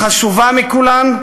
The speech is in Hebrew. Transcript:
והחשובה מכולן: